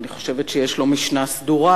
אלא שיש לו משנה סדורה.